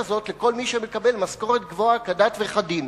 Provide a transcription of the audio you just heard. הזאת לכל מי שמקבל משכורת גבוהה כדת וכדין.